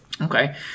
Okay